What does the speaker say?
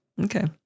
Okay